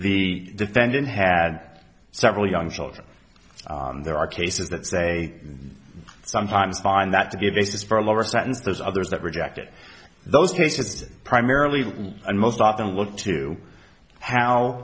the defendant had several young children and there are cases that say sometimes find that to give basis for a lower sentence those others that rejected those cases primarily and most often look to how